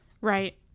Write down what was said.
Right